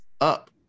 up